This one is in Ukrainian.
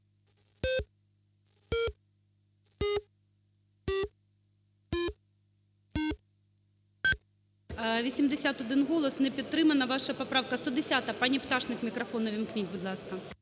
81 голос. Не підтримана ваша поправка. 110-а. Пані Пташник мікрофон увімкніть, будь ласка.